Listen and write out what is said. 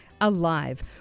alive